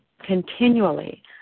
continually